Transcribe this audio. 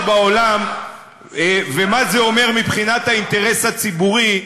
בעולם ומה זה אומר מבחינת האינטרס הציבורי.